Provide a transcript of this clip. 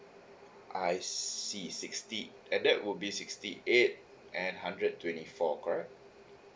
I see sixty and that would be sixty eight and hundred twenty four correct